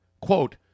Quote